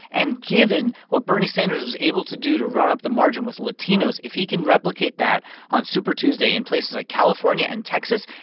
and given what bernie sanders was able to do to run up the margin with latinos, if he can replicate that on super tuesday in places like california and texas,